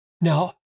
Now